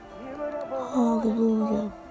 Hallelujah